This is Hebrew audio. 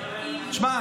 תשמע,